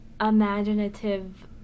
imaginative